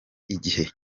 igihe